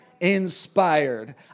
Inspired